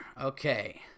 Okay